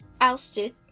ousted